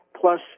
plus